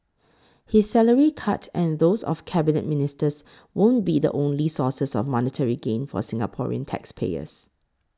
his salary cut and those of Cabinet Ministers won't be the only sources of monetary gain for Singaporean taxpayers